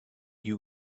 you